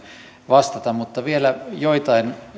vastata mutta vielä joitain